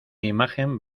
imagen